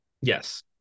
Yes